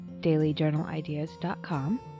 dailyjournalideas.com